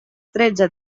tretze